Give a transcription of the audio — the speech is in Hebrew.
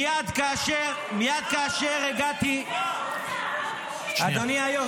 מייד כאשר הגעתי ------ שר הפנים ------ אדוני היו"ר,